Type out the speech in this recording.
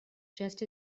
just